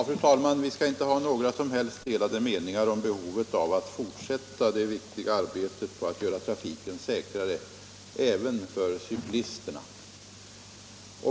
Fru talman! Det råder inte några som helst delade meningar om att vi skall fortsätta det viktiga arbetet på att göra trafiken säkrare, även för cyklisterna.